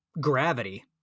gravity